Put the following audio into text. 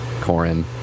Corin